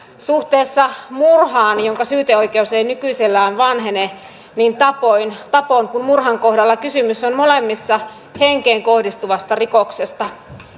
suhteessa murhaan jonka syyteoikeus ei nykyisellään vanhene niin tapon kuin murhan kohdalla molemmissa kysymys on henkeen kohdistuvasta rikoksesta